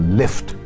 lift